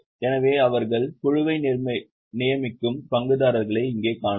எனவே அவர்கள் குழுவை நியமிக்கும் பங்குதாரர்களை இங்கே காணலாம்